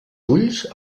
ulls